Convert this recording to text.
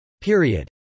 Period